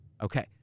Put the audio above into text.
Okay